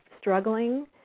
struggling